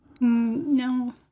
No